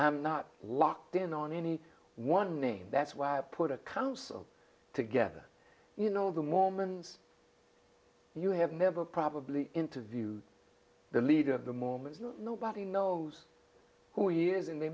i'm not locked in on any one name that's why i put a council together you know the mormons you have never probably interviewed the leader of the moment nobody knows who years and they